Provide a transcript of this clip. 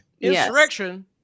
Insurrection